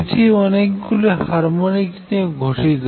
এটি অনেক গুলি হারমনিক নিয়ে গঠিত